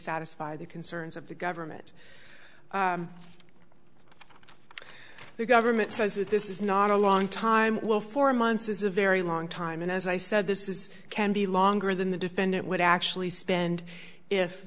satisfy the concerns of the government the government says that this is not a long time well four months is a very long time and as i said this is can be longer than the defendant would actually spend if